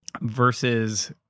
versus